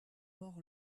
mord